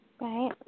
Right